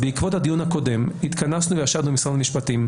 בעקבות הדיון הקודם התכנסנו וישבנו עם משרד המשפטים.